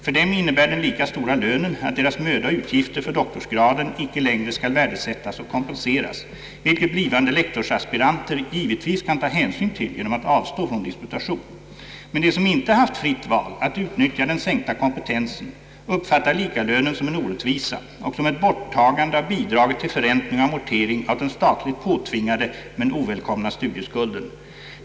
För dem innebär den lika stora lönen att deras möda och utgifter för doktorsgraden icke längre skall värdesättas och kompenseras, vilket blivande lektorsaspiranter givetvis kan ta hänsyn till genom att avstå från disputation. Men de som inte haft fritt val att utnyttja den sänkta kompetensen uppfattar likalönen som en orättvisa och som ett borttagande av bidraget till förräntning och amortering av den statligt påtvingade men ovälkomna studieskulden.